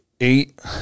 eight